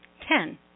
Ten